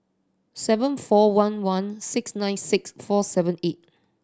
seven four one one six nine six four seven eight